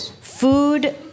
food